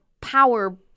power